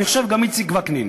אני חושב שגם איציק וקנין.